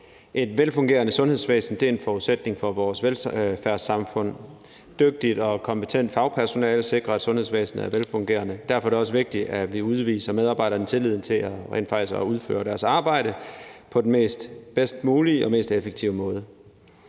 Et velfungerende sundhedsvæsen er en forudsætning for vores velfærdssamfund. Et dygtigt og kompetent fagpersonale sikrer, at sundhedsvæsenet er velfungerende. Derfor er det også vigtigt, at vi udviser medarbejderne tillid til, at de rent faktisk kan udføre deres arbejde på den bedst mulige og mest effektive måde.